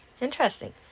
Interesting